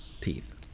teeth